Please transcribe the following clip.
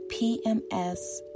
PMS